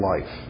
life